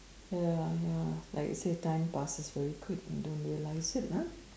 ya ya like you say time passes very quick and you don't realize it ah